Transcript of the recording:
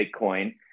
Bitcoin